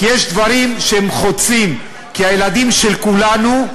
כי יש דברים שהם חוצים, כי הילדים של כולנו,